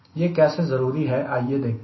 यह कैसे जरूरी है आइए देखते हैं